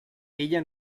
ella